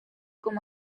com